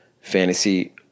fantasy